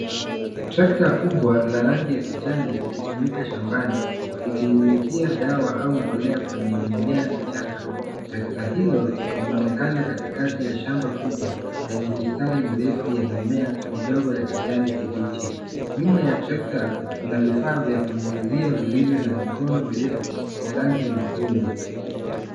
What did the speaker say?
Trekta kubwa la rangi ya kijani likitumika shambani likinyunyuzia dawa au mbolea kwenye mimea michanga. Trekta hilo linaonekana katikati ya shamba kubwa lenye mistari mirefu ya mimea midogo ya kijani kibichi. Nyuma ya trekta kuna vifaa vya kunyunyuzia vilivyo na mikono mirefu ya rangi nyekundu.